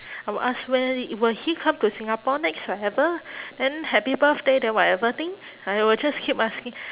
I will ask when will he come to singapore next whatever then happy birthday then whatever thing I will just keep asking